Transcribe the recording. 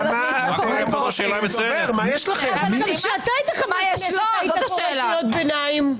גם אתה היית קורא קריאות ביניים.